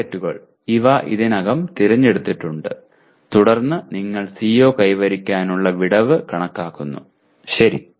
ടാർഗെറ്റുകൾ ഇവ ഇതിനകം തിരഞ്ഞെടുത്തിട്ടുണ്ട് തുടർന്ന് നിങ്ങൾ CO കൈവരിക്കാനുള്ള വിടവ് കണക്കാക്കുന്നു ശരി